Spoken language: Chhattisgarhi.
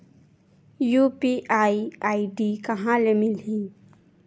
यू.पी.आई आई.डी कहां ले मिलही?